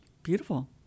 Beautiful